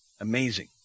Amazing